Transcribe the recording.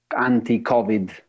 anti-COVID